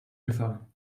gefahr